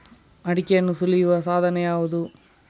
ಅಡಿಕೆಯನ್ನು ಸುಲಿಯುವ ಸಾಧನ ಯಾವುದು?